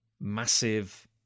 massive